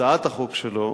הצעת החוק שלו